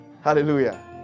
Hallelujah